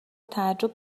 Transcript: تعجب